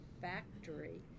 factory